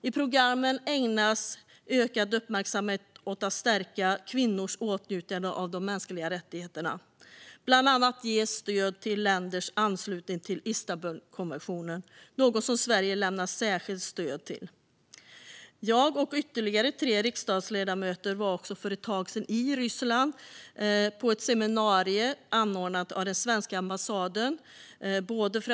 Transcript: I programmen ägnas ökad uppmärksamhet åt att stärka kvinnors åtnjutande av de mänskliga rättigheterna. Bland annat ges stöd till länders anslutning till Istanbulkonventionen, något som Sverige lämnat särskilt stöd till. Jag och ytterligare tre riksdagsledamöter var för ett tag sedan i Ryssland på ett seminarium anordnat av svenska ambassaden.